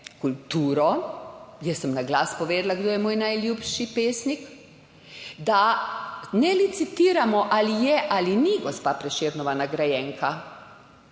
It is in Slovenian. kulturo - jaz sem na glas povedala, kdo je moj najljubši pesnik -, da ne licitiramo ali je ali ni gospa Prešernova nagrajenka,